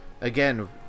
again